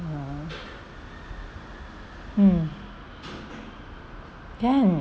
mm can